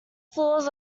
floors